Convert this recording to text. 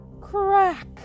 Crack